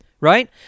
right